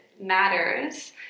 matters